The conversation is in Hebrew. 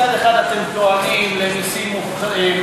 מצד אחד אתם טוענים למסים מוגדלים,